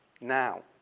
now